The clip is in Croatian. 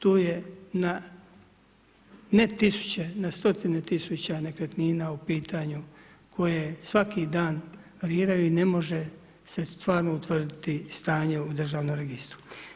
Tu je na ne tisuće, na stotine tisuća nekretnina u pitanju koje svaki dan variraju i ne može se stvarno utvrditi stanje u državnom registru.